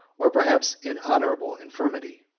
or perhaps an honorable, infirmity.